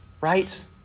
right